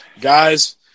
Guys